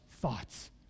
thoughts